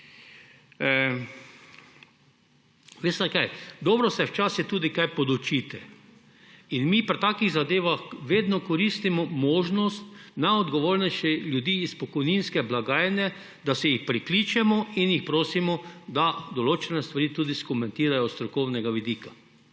Veste kaj, dobro se je včasih tudi kaj podučiti. In mi pri takih zadevah vedno koristimo možnost najodgovornejših ljudi iz pokojninske blagajne, jih prikličemo in jih prosimo, da določene stvari tudi komentirajo s strokovnega vidika.